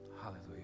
Hallelujah